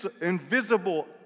invisible